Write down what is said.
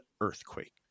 earthquake